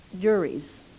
juries